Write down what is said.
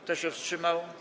Kto się wstrzymał?